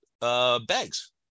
bags